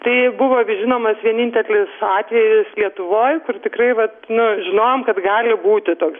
tai buvo žinomas vienintelis atvejis lietuvoj kur tikrai vat nu žinojom kad gali būti toks